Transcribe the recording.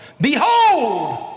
Behold